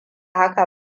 haka